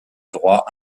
droit